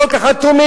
כל כך אטומים?